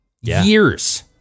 Years